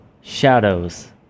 Shadows